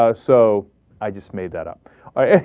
ah so i'd just made that up ah. it